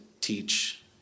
teach